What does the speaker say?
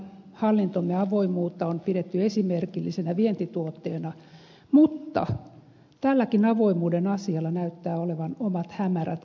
hallintomme avoimuutta on pidetty esimerkillisenä vientituotteena mutta tälläkin avoimuuden asialla näyttää olevan omat hämärät kääntöpuolensa